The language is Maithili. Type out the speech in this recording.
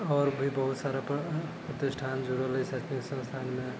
आओर भी बहुत सारा प्रतिष्ठान जुड़ल अछि शैक्षणिक संस्थानमे